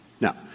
Now